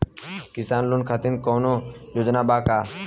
किसान लोग खातिर कौनों योजना बा का?